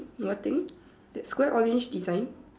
what thing that Square orange design